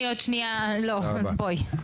אני עוד שניה לא, בואי.